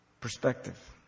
Perspective